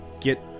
get